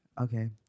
Okay